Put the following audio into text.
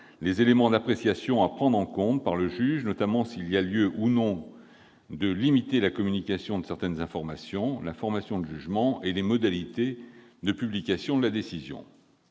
les éléments d'appréciation à prendre en compte par le juge, notamment s'il y a lieu ou non de limiter la communication de certaines informations, la formation de jugement et les modalités de publication de la décision.